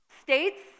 states